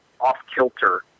off-kilter